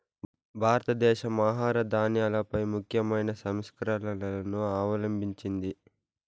భారతదేశం ఆహార ధాన్యాలపై ముఖ్యమైన సంస్కరణలను అవలంభించింది